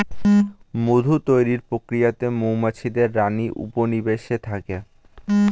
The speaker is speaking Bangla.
মধু তৈরির প্রক্রিয়াতে মৌমাছিদের রানী উপনিবেশে থাকে